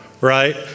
right